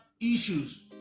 issues